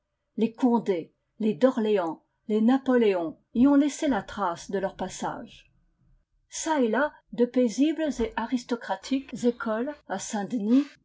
les condés les d'orléans les napoléons y ont laissé la trace de leur passage çà et là de paisibles et aristocratiques écoles à saint-denis